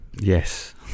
Yes